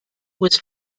was